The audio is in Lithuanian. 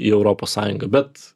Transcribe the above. į europos sąjungą bet